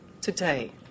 today